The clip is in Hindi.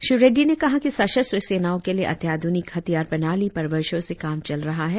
श्री रेड्डी ने कहा कि सश्सस्त्र सेनाओं के लिए अत्याधुनिक हथियार प्रणाली पर वर्षों से काम चल रहा है